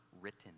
written